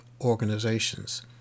organizations